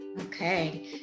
Okay